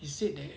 he said that